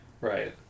Right